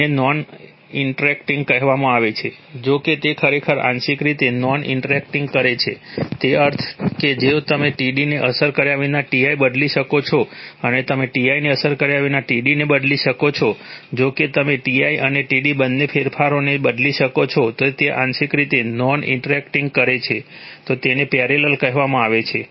તેને non interacting કહેવામાં આવે છે જો કે તે ખરેખર આંશિક રીતે નોન ઇન્ટરેક્ટિંગ કરે છે તે અર્થમાં કે જો તમે Td ને અસર કર્યા વિના Ti બદલી શકો છો અને તમે Ti ને અસર કર્યા વિના Td ને બદલી શકો છો જો કે તમે Ti અને Td બંને ફેરફારોને બદલી શકો છો તો તે આંશિક રીતે નોન ઇન્ટરેક્ટિંગ કરે છે તો તેને પેરેલલ કહેવામાં આવે છે